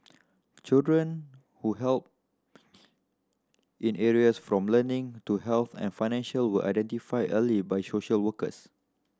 children who help in areas from learning to health and finance were identified early by social workers